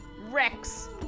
Rex